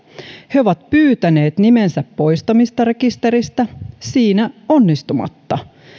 he ovat pyytäneet nimensä poistamista rekisteristä siinä onnistumatta